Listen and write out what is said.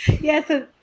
Yes